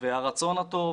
ועל הרצון הטוב,